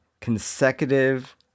consecutive